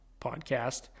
podcast